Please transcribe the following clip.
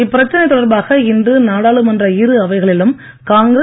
இப்பிரச்சனை தொடர்பாக இன்று நாடாளுமன்ற இரு அவைகளிலும் காங்கிரஸ்